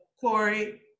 corey